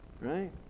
right